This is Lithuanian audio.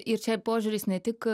ir čia požiūris ne tik